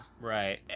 Right